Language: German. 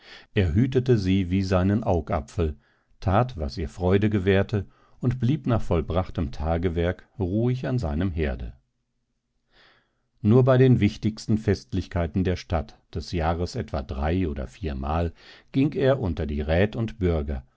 er hütete sie wie seinen augapfel tat was ihr freude gewährte und blieb nach vollbrachtem tagewerk ruhig an seinem herde nur bei den wichtigsten festlichkeiten der stadt des jahres etwa drei oder viermal ging er unter die rät und bürger